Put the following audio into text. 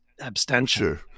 abstention